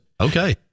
Okay